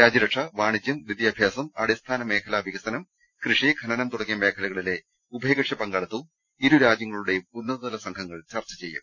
രാജ്യര ക്ഷ വാണിജ്യം വിദ്യാഭ്യാസം അടിസ്ഥാനമേഖലാ വികസനം കൃഷി ഖനനം തുടങ്ങിയ മേഖലകളിലെ ഉഭയകക്ഷി പങ്കാളിത്തവും ഇരുരാജ്യങ്ങ ളുടെയും ഉന്നതതല സംഘങ്ങൾ ചർച്ച ചെയ്യും